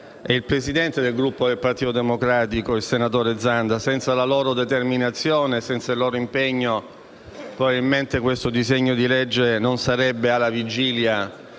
il presidente del Gruppo del Partito Democratico, senatore Zanda, perché senza la loro determinazione e il loro impegno probabilmente questo disegno di legge non sarebbe alla vigilia,